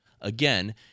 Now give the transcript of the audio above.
Again